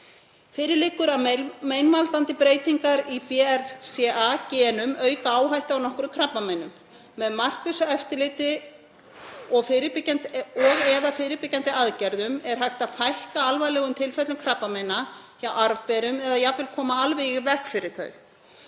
Fyrir liggur að meinvaldandi breytingar í BRCA-genum auka áhættu á nokkrum tegundum krabbameina. Með markvissu eftirliti og/eða fyrirbyggjandi aðgerðum er hægt að fækka alvarlegum tilfellum krabbameina hjá arfberum eða jafnvel koma alveg í veg fyrir þau.